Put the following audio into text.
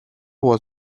was